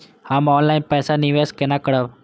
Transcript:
हम ऑनलाइन पैसा निवेश केना करब?